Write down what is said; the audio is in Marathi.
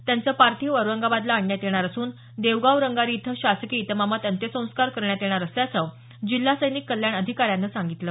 त्यांचं पार्थिव औरंगाबादला आणण्यात येणार असून देवगाव रंगारी इथं शासकीय इतमामात अंत्यसंस्कार करण्यात येणार असल्याचं जिल्हा सैनिक कल्याण अधिकाऱ्यान सांगितलं